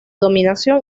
denominación